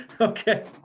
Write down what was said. Okay